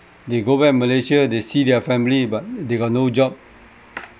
they go back malaysia they see their family but they got no job